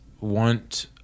want